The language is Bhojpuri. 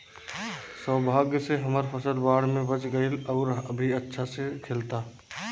सौभाग्य से हमर फसल बाढ़ में बच गइल आउर अभी अच्छा से खिलता